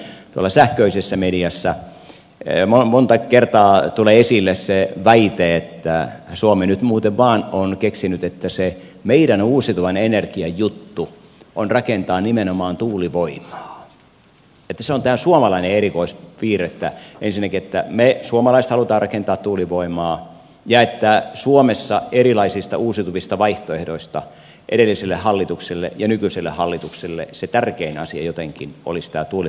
tuolla sähköisessä mediassa monta kertaa tulee esille se väite että suomi nyt muuten vain on keksinyt että se meidän uusiutuvan energian juttu on rakentaa nimenomaan tuulivoimaa että se on tämä suomalainen erikoispiirre että ensinnäkin me suomalaiset haluamme rakentaa tuulivoimaa ja että suomessa erilaisista uusiutuvista vaihtoehdoista edellisille hallituksille ja nykyiselle hallitukselle se tärkein asia jotenkin olisi tämä tuulivoiman rakentaminen